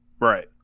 Right